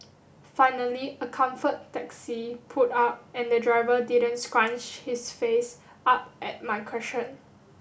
finally a Comfort taxi pulled up and the driver didn't scrunch his face up at my question